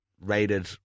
rated